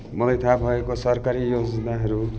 मलाई थाहा भएको सरकारी योजनाहरू